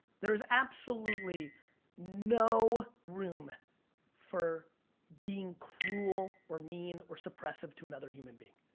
there is absolutely no room for being cruel or mean or suppressive to another human being,